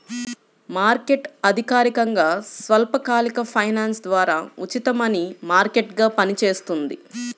market అధికారికంగా స్వల్పకాలిక finance ద్వారా ఉచిత మనీ మార్కెట్గా పనిచేస్తుంది